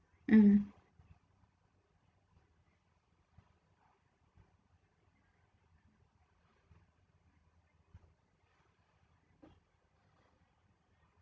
mm